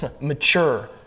mature